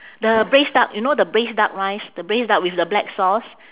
the braised duck you know the braised duck rice the braised duck with the black sauce